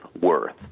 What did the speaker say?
worth